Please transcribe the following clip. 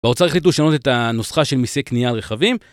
ואו צריך ללכת לשנות את הנוסחה של מיסי קנייה על רכבים.